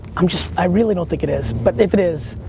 i'm just, i really don't think it is, but if it is,